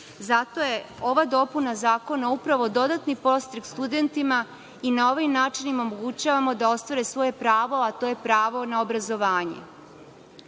Zato je ova dopuna zakona upravo dodatni podstrek studentima i na ovaj način im omogućavamo da ostvare svoje pravo, a to je pravo na obrazovanje. Postoji